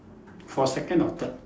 for second or third